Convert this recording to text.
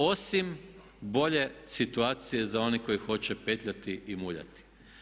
Osim bolje situacije za one koji hoće petljati i muljati.